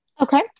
Okay